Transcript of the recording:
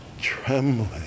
trembling